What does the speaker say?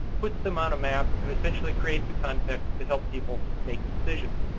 puts them on a map, and essentially creates a context to help people make decisions.